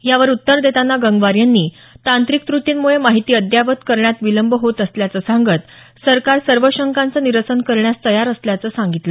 यावर उत्तर देताना गंगवार यांनी तांत्रिक त्रुटींमुळे माहिती अद्ययावत करण्यात विलंब होत असल्याचं सांगत सरकार सर्व शंकांचं निरसन करण्यास तयार असल्याचं सांगितलं